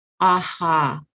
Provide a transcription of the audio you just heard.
aha